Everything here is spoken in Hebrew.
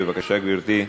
בבקשה, גברתי.